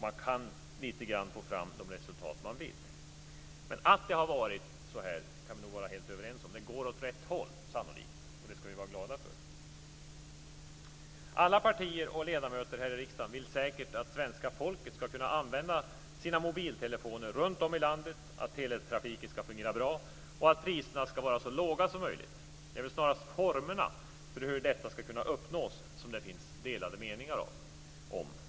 Man kan till en viss del få fram det resultat som man vill få fram. Men att det har varit så här kan vi nog vara helt överens om. Det går sannolikt åt rätt håll, och det ska vi vara glada för. Alla partier och ledamöter här i riksdagen vill säkert att svenska folket ska kunna använda sina mobiltelefoner runt om i landet, att teletrafiken ska fungera bra och att priserna ska vara så låga som möjligt. Det är väl snarast formerna för hur detta ska kunna uppnås som det finns delade meningar om.